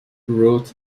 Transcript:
wrote